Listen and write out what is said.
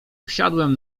usiadłem